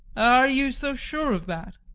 are you so sure of that?